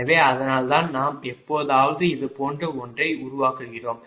எனவே அதனால்தான் நாம் எப்போதாவது இதுபோன்ற ஒன்றை உருவாக்குகிறோம்